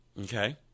Okay